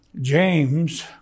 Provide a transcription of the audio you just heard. James